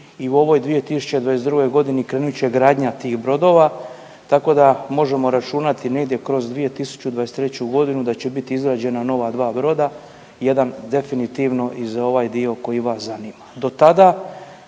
i u ovoj 2022.g. krenut će gradnja tih brodova, tako da možemo računati negdje kroz 2023.g. da će biti izrađena nova dva broda, jedan definitivno i za ovaj dio koji vas zanima.